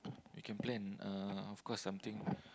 we can plan uh of course something